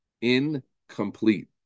incomplete